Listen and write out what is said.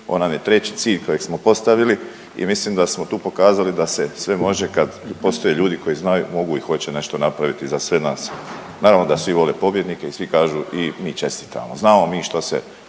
nam je treći cilj kojeg smo postavili i mislim da smo tu pokazali da se sve može kad postoje ljudi koji znaju, mogu i hoće nešto napraviti za sve nas, naravno da svi vole pobjednike i svi kažu i mi čestitamo. Znamo mi što se